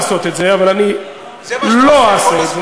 אני יכול לעשות את זה, אבל אני לא אעשה את זה.